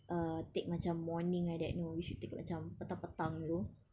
err take macam morning like that no we should like macam petang petang gitu